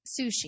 sushi